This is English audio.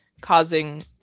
causing